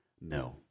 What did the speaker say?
no